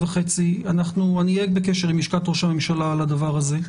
אני אהיה בקשר עם לשכת ראש הממשלה על הדבר הזה.